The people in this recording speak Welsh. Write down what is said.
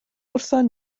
wrthon